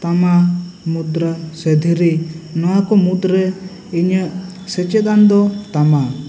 ᱛᱟᱢᱟ ᱢᱩᱫᱽᱨᱟ ᱥᱮ ᱫᱷᱤᱨᱤ ᱱᱚᱣᱟ ᱠᱚ ᱢᱩᱫᱽ ᱨᱮ ᱤᱧᱟᱹᱜ ᱥᱮᱪᱮᱫᱼᱟᱱ ᱫᱚ ᱛᱟᱢᱟ